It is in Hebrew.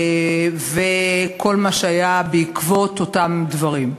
וכל מה שהיה בעקבות אותם דברים.